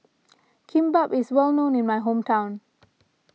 Kimbap is well known in my hometown